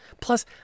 Plus